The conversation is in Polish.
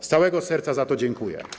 Z całego serca za to dziękuję.